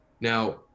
Now